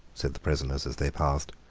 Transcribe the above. said the prisoners as they passed,